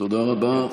תודה רבה.